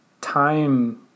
time